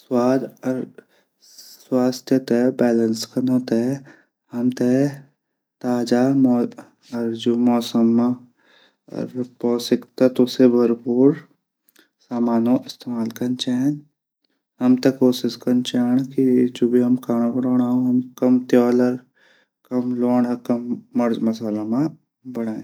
स्वाद और स्वास्थ्य थै बैलैस कनू तै हमतै ताजा मौसम मा पौष्टिक तत्व से भरपूर सामानो इस्तेमाल कन चैंद हमतै कोशिश कन चैंद की जू भीहम खाणू बणोणा कम तेल और कम लोण कम मर्च मसाला मां बणा साक